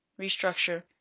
restructure